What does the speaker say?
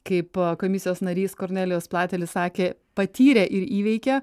kaip komisijos narys kornelijus platelis sakė patyrė ir įveikė